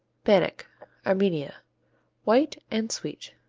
banick armenia white and sweet.